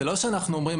זה לא שאנחנו אומרים,